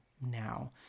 now